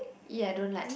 I don't like